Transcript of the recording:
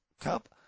cup